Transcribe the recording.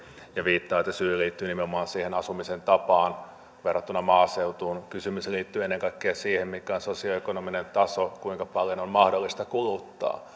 ja viittaa siihen että syy liittyy nimenomaan siihen asumisen tapaan verrattuna maaseutuun kysymyshän liittyy ennen kaikkea siihen mikä on sosioekonominen taso kuinka paljon on mahdollista kuluttaa